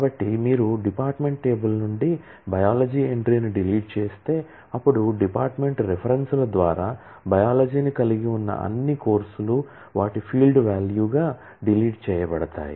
కాబట్టి మీరు department table నుండి బయాలజీ ఎంట్రీని డిలీట్ చేస్తే అప్పుడు డిపార్ట్మెంట్కు రిఫరెన్సుల ద్వారా బయాలజీని కలిగి ఉన్న అన్ని కోర్సులు వాటి ఫీల్డ్ వాల్యూగా డిలీట్ చేయబడతాయి